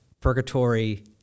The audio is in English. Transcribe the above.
Purgatory